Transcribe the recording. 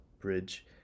bridge